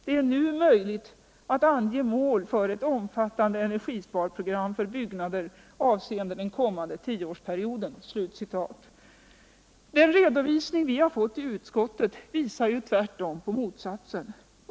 Det är nu möjligt att ange mål för ett omfattande energisparprogram för byggnader avseende den kommande tioårsperioden.” Den redovisning vi har fått i utskottet pekar ju i motsatt riktning.